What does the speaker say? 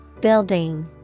Building